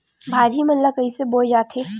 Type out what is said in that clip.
भाजी मन ला कइसे बोए जाथे?